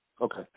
Okay